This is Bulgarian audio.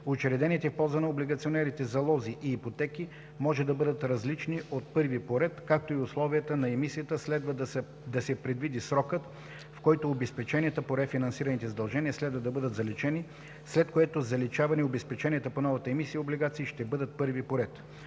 Учредените в полза на облигационерите залози и ипотеки може да бъдат различни от първи по ред, като в условията на емисията следва да се предвиди срокът, в който обезпеченията по рефинансираните задължения следва да бъдат заличени, след което заличаване обезпеченията по новата емисия облигации ще бъдат първи по ред.”